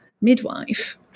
midwife